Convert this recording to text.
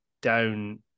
down